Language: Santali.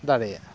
ᱫᱟᱲᱮᱭᱟᱜᱼᱟ